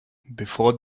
before